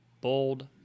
bold